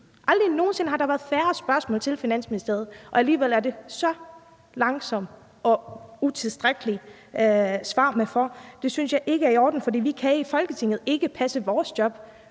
Aldrig nogen sinde har der været færre spørgsmål til Finansministeriet, og alligevel går det så langsomt, og man får kun utilstrækkelige svar. Det synes jeg ikke er i orden. Vi kan i Folketinget ikke passe vores job,